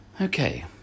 Okay